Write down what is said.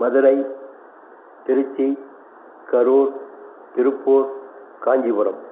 Madurai Tiruchi Karur Tiruppur Kanchipuram